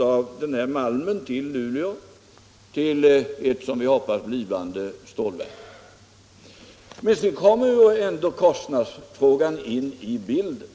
av malmen tas till stålverket i Luleå. Men sedan kommer ändå kostnadsfrågan in i bilden.